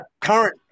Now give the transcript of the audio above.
current